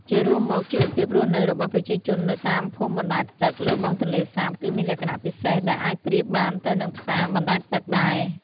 ជារួមមក ជីវភាពរស់នៅរបស់ប្រជាជននៅតាមភូមិបណ្ដែតទឹកលើបឹងទន្លេសាបគឺមានលក្ខណៈពិសេសដែលអាចប្រៀបបានទៅនឹងផ្សារបណ្ដែតទឹកដែរ។